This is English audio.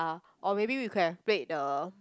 or maybe we could have played the